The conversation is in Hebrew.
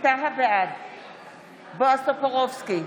בועז טופורובסקי,